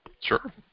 Sure